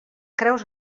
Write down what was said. creus